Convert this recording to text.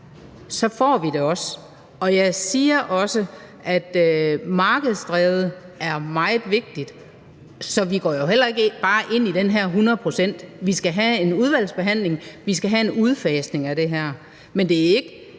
får det vi også, og jeg siger også, at det markedsdrevne er meget vigtigt. Så vi går jo heller ikke bare hundrede procent ind i det her, vi skal have en udvalgsbehandling. Vi skal have en udfasning af det her, men det er ikke